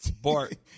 Bart